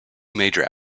major